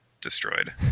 destroyed